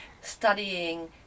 studying